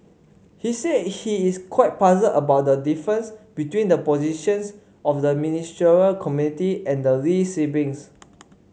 he said he is quite puzzled about the difference between the positions of the Ministerial Committee and the Lee siblings